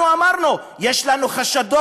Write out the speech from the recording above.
אנחנו אמרנו: יש לנו חשדות,